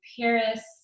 Paris